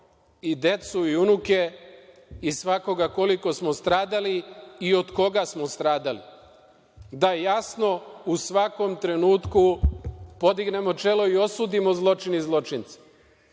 i decu i unuke i svakoga koliko smo stradali i od koga smo stradali, da jasno u svakom trenutku podignemo čelo i osudimo zločin i zločince.